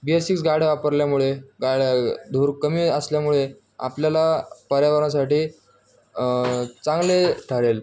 बी S गाड्या वापरल्यामुळे गाडी धूर कमी असल्यामुळे आपल्याला पर्यावरणासाठी चांगले ठरेल